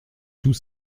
tout